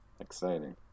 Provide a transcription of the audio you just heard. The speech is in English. exciting